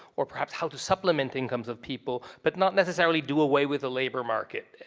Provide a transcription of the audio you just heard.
or perhaps how to supplement incomes of people but not necessarily do away with the labor market.